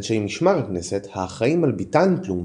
אנשי משמר הכנסת האחראים על ביתן פלומבו,